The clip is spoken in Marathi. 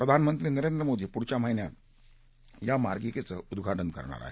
प्रधानमंत्री नरेंद्र मोदी पुढच्या महिन्यात या मार्गिकेचं उद्घाटन करणार आहेत